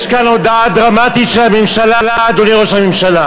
יש כאן הודעה דרמטית של הממשלה, אדוני ראש הממשלה.